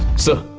sir.